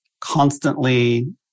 constantly